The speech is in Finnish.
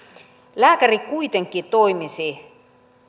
lääkäri kuitenkin toimisi